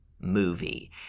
movie